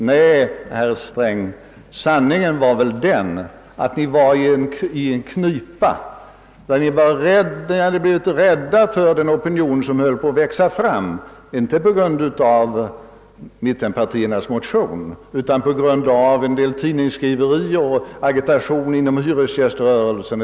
Nej, herr Sträng, sanningen är väl den att regeringen var i knipa. Ni blev rädda för den opinion som höll på att växa fram, inte på grund av mittenpartiernas motion utan närmast på grund av en del tidningsskriverier och agitation inom hyresgäströrelsen.